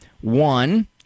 one